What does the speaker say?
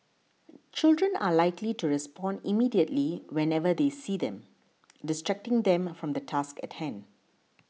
children are likely to respond immediately whenever they see them distracting them from the task at hand